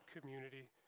community